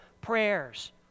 prayers